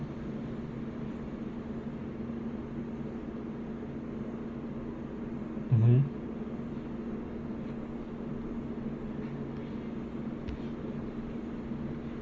mmhmm